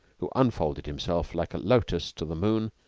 who un-folded himself like a lotus to the moon,